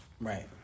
Right